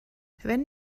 wenn